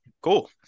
Cool